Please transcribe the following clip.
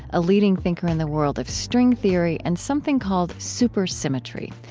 a leading thinker in the world of string theory and something called supersymmetry.